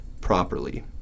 properly